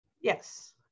Yes